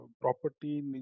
property